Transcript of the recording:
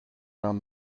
around